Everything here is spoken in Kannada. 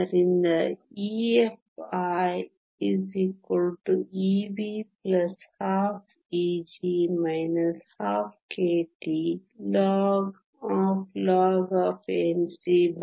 ಆದ್ದರಿಂದ EFiEv12Eg 12kTInInNcNv